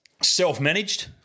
Self-managed